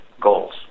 goals